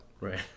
Right